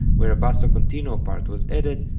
where a basso continuo part was added,